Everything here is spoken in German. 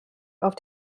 auf